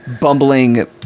bumbling